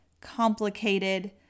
complicated